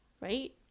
Right